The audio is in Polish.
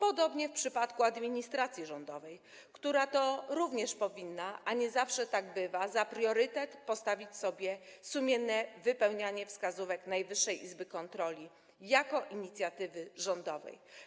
Podobnie jest w przypadku administracji rządowej, która to również powinna, a nie zawsze tak bywa, za priorytet postawić sobie sumienne wypełnianie wskazówek Najwyższej Izby Kontroli jako inicjatywy rządowe.